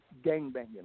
gangbanging